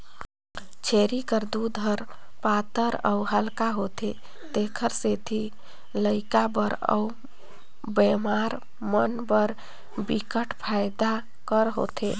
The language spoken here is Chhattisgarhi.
छेरी कर दूद ह पातर अउ हल्का होथे तेखर सेती लइका बर अउ बेमार मन बर बिकट फायदा कर होथे